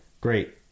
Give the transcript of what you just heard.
Great